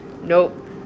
nope